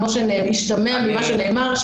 כפי שמשתמע ממה שנאמר,